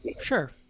Sure